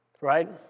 right